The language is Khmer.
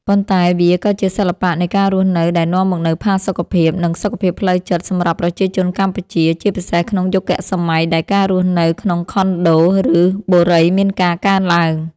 ប៉ុន្តែវាក៏ជាសិល្បៈនៃការរស់នៅដែលនាំមកនូវផាសុកភាព និងសុខភាពផ្លូវចិត្តសម្រាប់ប្រជាជនកម្ពុជា ជាពិសេសក្នុងយុគសម័យដែលការរស់នៅក្នុងខុនដូ ឬបូរីមានការកើនឡើង។